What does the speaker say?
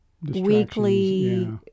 weekly